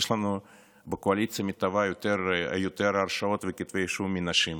יש לנו בקואליציה המתהווה יותר הרשעות וכתבי אישום מנשים,